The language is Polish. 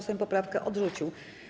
Sejm poprawkę odrzucił.